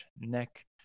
neck